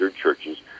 churches